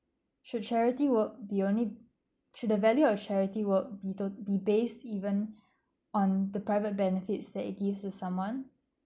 should charity work be only should the value of charity work be to~ be based even on the private benefits that it gives to someone